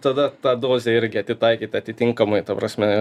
tada tą dozę irgi atitaikyt atitinkamai ta prasme